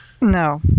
No